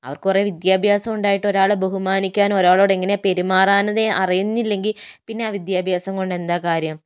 അവർക്ക് കുറെ വിദ്യഭ്യാസം ഉണ്ടായിട്ടും ഒരാളെ ബഹുമാനിക്കാനും ഒരാളോട് എങ്ങനെയാണ് പെരുമാറുന്നത് എന്ന് അറിയില്ല എങ്കിൽ പിന്നെ ആ വിദ്യാഭ്യാസം കൊണ്ട് എന്താ കാര്യം